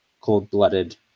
cold-blooded